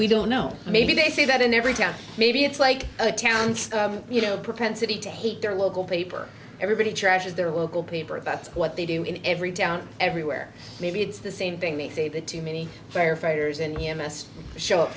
we don't know maybe they see that in every town maybe it's like a town you know propensity to hate their local paper everybody trashes their local paper that's what they do in every town everywhere maybe it's the same thing they say too many firefighters and you must show up